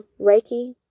Reiki